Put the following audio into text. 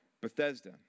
Bethesda